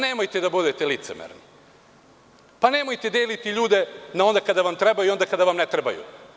Nemojte da budete licemerni, nemojte deliti ljude na onda kada vam trebaju i onda kada vam ne trebaju.